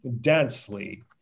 densely